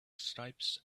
stripes